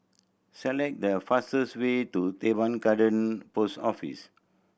select the fastest way to Teban Garden Post Office